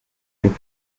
dem